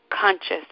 conscious